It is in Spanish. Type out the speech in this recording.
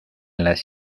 las